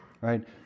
right